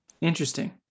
Interesting